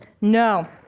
No